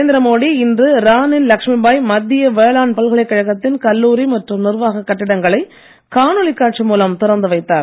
நரேந்திர மோடி இன்று ராணி லக்ஷ்மி பாய் மத்திய வேளாண் பல்கலைக்கழகத்தின் கல்லூரி மற்றும் நிர்வாக கட்டிடங்களை காணொலிக் காட்சி மூலம் திறந்து வைத்தார்